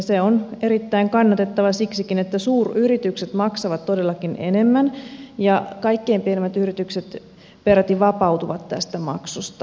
se on erittäin kannatettava siksikin että suuryritykset maksavat todellakin enemmän ja kaikkein pienimmät yritykset peräti vapautuvat tästä maksusta